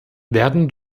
werden